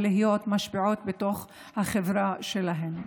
ולהיות משפיעות בחברה שלהן.